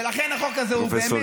ולכן החוק הזה הוא באמת,